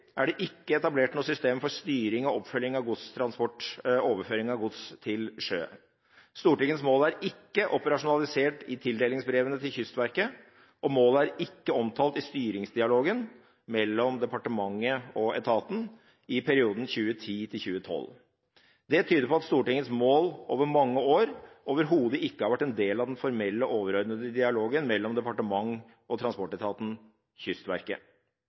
er det ikke etablert noe system for styring og oppfølging av godstransport og overføring av gods til sjø. Stortingets mål er ikke operasjonalisert i tildelingsbrevene til Kystverket, og målet er ikke omtalt i styringsdialogen mellom departementet og etaten i perioden 2010–2012. Det tyder på at Stortingets mål over mange år overhodet ikke har vært en del av den formelle, overordnede dialogen mellom departement og transportetaten Kystverket.